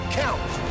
count